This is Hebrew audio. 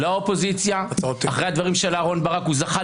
-- לא האופוזיציה אחרי הדברים של אהרן ברק,